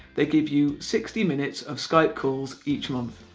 they give you sixty minutes of skype calls each month.